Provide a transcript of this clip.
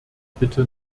bitte